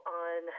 on